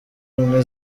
ubumwe